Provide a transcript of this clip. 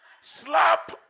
Slap